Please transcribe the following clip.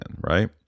right